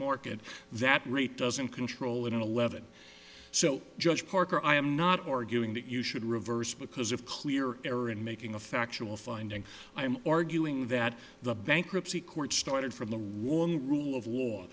market that rate doesn't control it and eleven so judge parker i am not arguing that you should reverse because of clear error in making a factual finding i'm arguing that the bankruptcy court started from the warren rule of